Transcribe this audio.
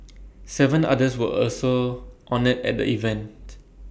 Seven others were also honoured at the event